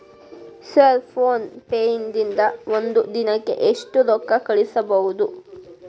Sir PhonePe ದಿಂದ ಒಂದು ದಿನಕ್ಕೆ ಎಷ್ಟು ರೊಕ್ಕಾ ಕಳಿಸಬಹುದು?